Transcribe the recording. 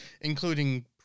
Including